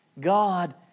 God